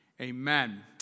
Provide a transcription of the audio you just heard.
Amen